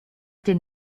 den